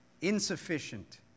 insufficient